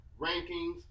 rankings